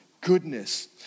goodness